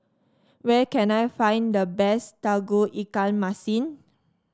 where can I find the best Tauge Ikan Masin